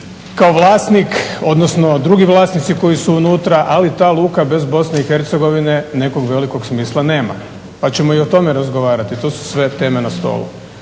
kao vlasnik odnosno drugi vlasnici koji su unutra, ali ta luka bez BiH nekog velikog smisla nema pa ćemo i o tome razgovarati. To su sve teme na stolu.